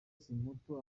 samputu